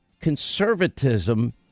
conservatism